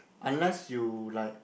unless you like